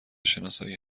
شناسایی